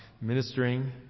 ministering